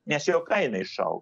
nes jo kaina išaugo